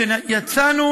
וכשיצאנו